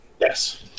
Yes